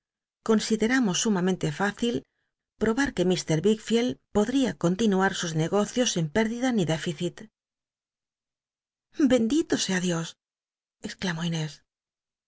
consideramos sumamente fácil probar que mr vickheld pod r ia continuar sus negocios sin pérdida ni déficit bendito sea dios exclamó inés